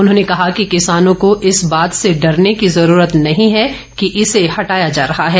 उन्होंने कहा कि किसानों को इस बात से डरने की ज़रूरत नहीं है कि इसे हटाया जा रहा है